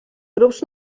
grups